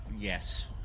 Yes